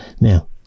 Now